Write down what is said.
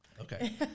Okay